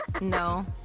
No